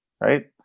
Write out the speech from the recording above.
right